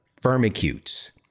firmicutes